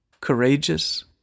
Courageous